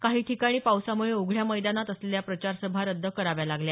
काही ठिकाणी पावसामुळे उघड्या मैदानात असलेल्या प्रचारसभा रद्द कराव्या लागल्या